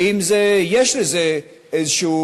ואם יש לזה איזה,